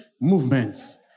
movements